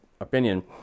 opinion